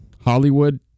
Hollywood